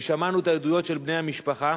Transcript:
ושמענו את העדויות של בני המשפחה.